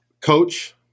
Coach –